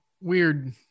Weird